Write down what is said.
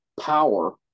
power